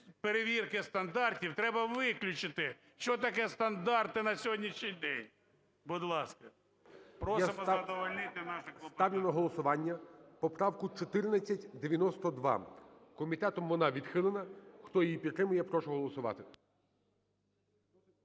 перевірки стандартів треба виключити. Що таке стандарти на сьогоднішній день? Будь ласка. Просимо задовольнити наше клопотання. ГОЛОВУЮЧИЙ. Я ставлю на голосування поправку 1492. Комітетом вона відхилена. Хто її підтримує, прошу голосувати.